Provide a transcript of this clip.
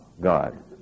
god